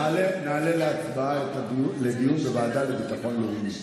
נעלה להצבעה, על דיון בוועדה לביטחון לאומי.